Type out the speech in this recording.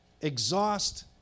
Exhaust